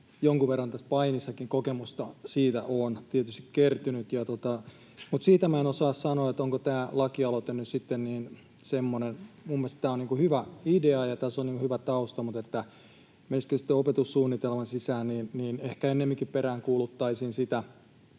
jonkun verran painissakin kokemusta siitä on kertynyt. Mutta siitä en osaa sanoa, onko tämä lakialoite nyt sitten niin semmoinen... Minun mielestäni tämä on hyvä idea ja tässä on hyvä tausta, mutta menisikö tämä sitten opetussuunnitelman sisään? Ehkä ennemminkin peräänkuuluttaisin sitä